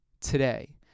today